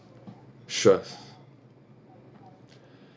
sure